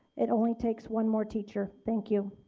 it only takes one more teacher thank you.